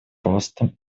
ростом